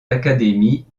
académies